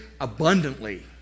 abundantly